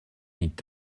mit